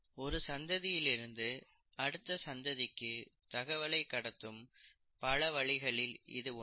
ஒரு சந்ததியிலிருந்து அடுத்த சந்ததிக்கு தகவலை கடத்தும் பல வழிகளில் இது ஒன்று